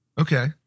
Okay